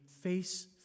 face